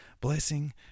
blessing